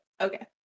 okay